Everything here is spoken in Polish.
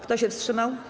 Kto się wstrzymał?